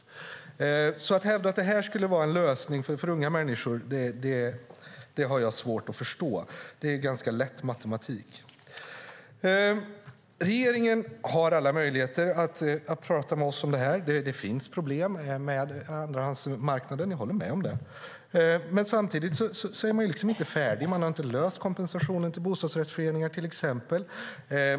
Att det som statsrådet beskriver skulle vara en lösning för unga människor har jag svårt att förstå. Det är ganska lätt matematik. Regeringen har alla möjligheter att tala med oss om detta. Det finns problem med andrahandsmarknaden - jag håller med om det - men samtidigt är man inte färdig. Man har till exempel inte löst kompensationen till bostadsrättsföreningar.